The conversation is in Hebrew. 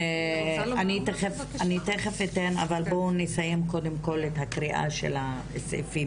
אני תכף אתן זכות דיבור אבל בואו נסיים קודם כל את הקריאה של הסעיפים.